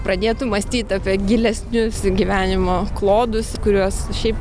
pradėtų mąstyt apie gilesnius gyvenimo klodus kuriuos šiaip